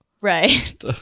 Right